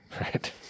Right